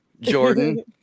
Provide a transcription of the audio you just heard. Jordan